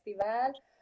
Festival